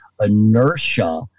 inertia